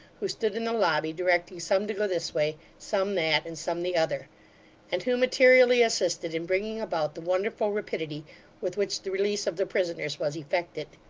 who stood in the lobby, directing some to go this way, some that, and some the other and who materially assisted in bringing about the wonderful rapidity with which the release of the prisoners was effected.